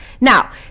now